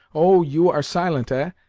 oh! you are silent, ah?